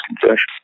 confession